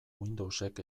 windowsek